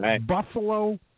Buffalo